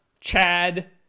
Chad